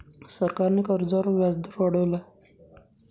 सरकारने कर्जावर व्याजदर वाढवला आहे